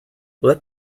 let